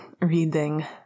Reading